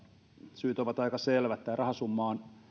syyt ovat aika selvät tämä rahasumma hyvityssumma on